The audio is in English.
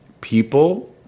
people –